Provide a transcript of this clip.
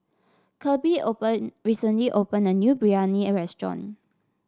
Kirby open recently opened a new Biryani restaurant